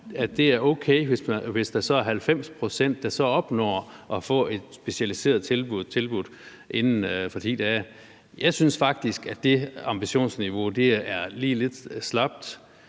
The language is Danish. at det er okay, hvis der er 90 pct., der så opnår at få et specialiseret tilbud tilbudt inden for 10 dage. Jeg synes faktisk, at det ambitionsniveau lige er lidt slapt,